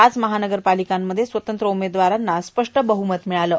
पाच महानगर पालिकांमध्ये स्वतंत्र उमेदवारांना स्पष्ट बहुमत मिळालं आहे